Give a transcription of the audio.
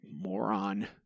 moron